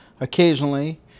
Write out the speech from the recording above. occasionally